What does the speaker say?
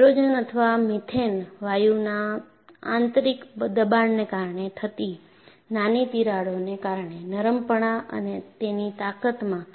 hydrogen અથવા methane વાયુના આંતરિક દબાણને કારણે થતી નાની તિરાડોને કારણે નરમપણા અને તેની તાકતમાં